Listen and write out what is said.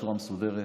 בצורה מסודרת,